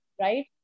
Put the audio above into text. right